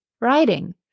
writing